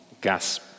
gas